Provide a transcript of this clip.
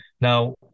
now